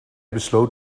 besloot